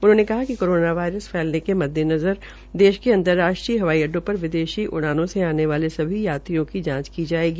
उन्होंने कहा कि कोरोना वायरसा फैलने के मद्देनज़र देश के अंतर्राष्ट्रीय हवाई अड़डो पर विदेशी उड़ानों से आने वाल सभी यात्रियों की जांचकी जायेंगी